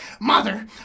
Mother